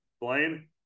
Blaine